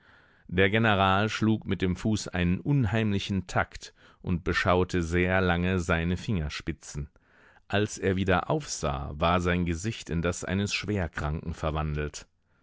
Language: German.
der general schlug mit dem fuß einen unheimlichen takt und beschaute sehr lange seine fingerspitzen als er wieder aufsah war sein gesicht in das eines schwerkranken verwandelt